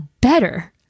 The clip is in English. better